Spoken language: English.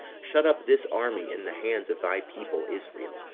shut up this army in the hands of thy people israel,